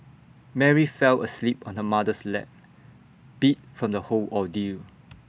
Mary fell asleep on her mother's lap beat from the whole ordeal